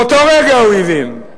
באותו רגע הוא הבין,